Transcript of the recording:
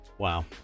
wow